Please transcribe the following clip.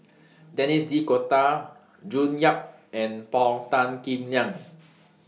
Denis D'Cotta June Yap and Paul Tan Kim Liang